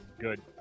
Good